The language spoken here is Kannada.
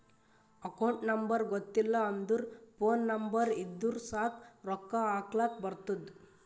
ಅಕೌಂಟ್ ನಂಬರ್ ಗೊತ್ತಿಲ್ಲ ಅಂದುರ್ ಫೋನ್ ನಂಬರ್ ಇದ್ದುರ್ ಸಾಕ್ ರೊಕ್ಕಾ ಹಾಕ್ಲಕ್ ಬರ್ತುದ್